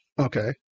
Okay